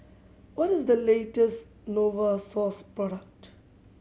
what is the latest Novosource product